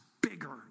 bigger